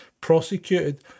prosecuted